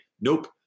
nope